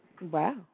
Wow